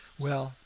well,